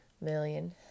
million